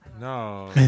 No